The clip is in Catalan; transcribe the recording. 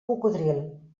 cocodril